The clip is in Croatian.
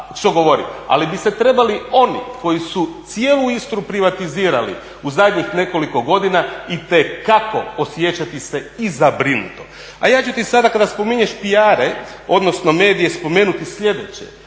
Ali bi se trebali oni koji su cijelu Istru privatizirali u zadnjih nekoliko godina itekako osjećati se i zabrinuto. A ja ću ti sada kada spominješ PR-e odnosno medije, spomenuti sljedeće.